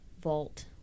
vault